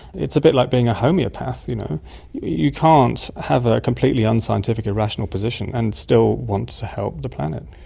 it's a bit like being a homoeopath you know you can't have a completely unscientific irrational position and still want to help the planet.